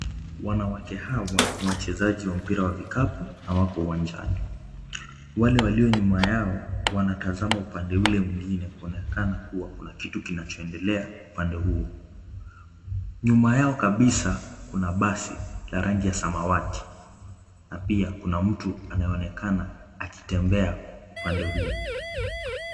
Wanawake hawa ni wachezaji wa mpira wa vikapu na wako uwanjani. Wale walio nyuma yao wanatazama upande ule mwingine kuonekana kuwa kuna kitu kinachoendelea upande huu. Nyuma yao kabisa kuna basi la rangi ya samawati na pia kuna mtu anayeonekana akitembea upande huu.